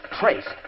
trace